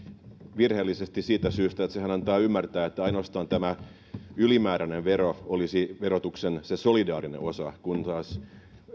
virheellisesti siitä syystä että sehän antaa ymmärtää että ainoastaan tämä ylimääräinen vero olisi se verotuksen solidaarinen osa kun taas